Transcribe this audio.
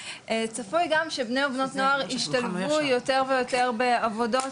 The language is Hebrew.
שבני ובנות נוער ישתלבו יותר ויותר בעבודות